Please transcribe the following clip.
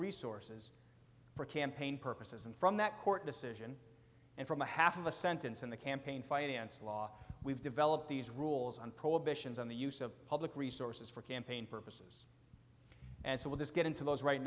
resources for campaign purposes and from that court decision and from a half of a sentence in the campaign finance law we've developed these rules on prohibitions on the use of public resources for campaign purposes and so will this get into those right